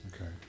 Okay